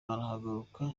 arahaguruka